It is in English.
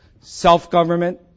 self-government